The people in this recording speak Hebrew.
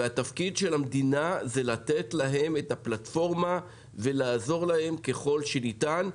והתפקיד של המדינה זה לתת להם את הפלטפורמה ולעזור להם ככל שניתן,